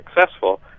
successful